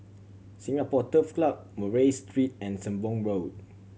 Singapore Turf Club Murray Street and Sembong Road